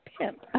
pimp